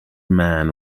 man